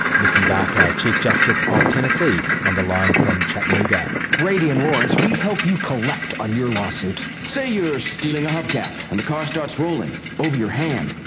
mickey barker, chief justice of ah tennessee, on the line from chattanooga. brady and lawrence we help you collect on your lawsuit. say you're stealing a hub cap and the car starts rolling, over your hand.